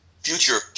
future